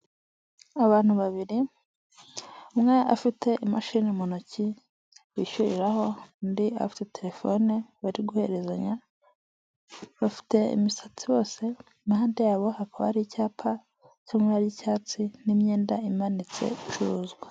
Abantu babiri, umwe afite imashini mu ntoki bishyuriraho, undi afite terefone bari guhezanya, bafite imisatsi bose impande yabo hakaba hari icyapa Kiri mu ibara ry'icyatsi, n'imyenda imanitse icuruzwa.